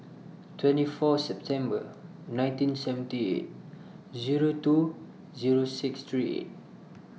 twenty four September nineteen seventy eight Zero two Zero six three eight